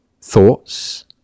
thoughts